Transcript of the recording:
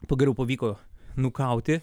pagaliau pavyko nukauti